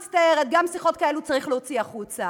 אורלי, מצטערת, גם שיחות כאלה צריך להוציא החוצה.